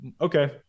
okay